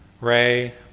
Ray